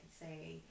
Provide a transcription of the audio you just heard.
say